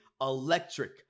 electric